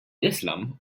islam